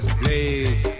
blaze